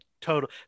total